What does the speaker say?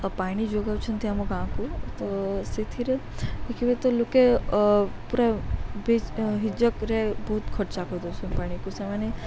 ଆଉ ପାଣି ଯୋଗାଉଛନ୍ତି ଆମ ଗାଁକୁ ତ ସେଥିରେ ଦେଖିବେ ତ ଲୋକେ ପୁରା ବେଜ ହିଜକରେ ବହୁତ ଖର୍ଚ୍ଚା କରିଦଉଛନ୍ତି ପାଣିକୁ ସେମାନେ